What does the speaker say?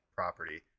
Property